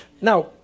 Now